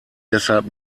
deshalb